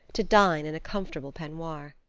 to dine in a comfortable peignoir.